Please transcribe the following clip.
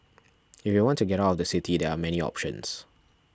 if you want to get out of the city there are many options